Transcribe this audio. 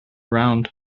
round